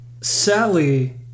Sally